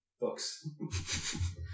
books